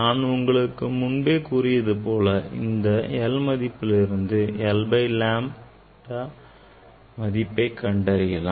நான் உங்களுக்கு முன்பே கூறியது போல இந்த l மதிப்பிலிருந்து 1 by lambda மதிப்பை கண்டறியலாம்